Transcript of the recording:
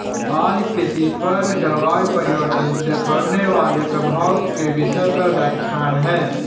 आज कृषि पर जलवायु परिवर्तन से पड़ने वाले प्रभाव के विषय पर व्याख्यान है